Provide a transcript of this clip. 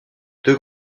deux